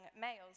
males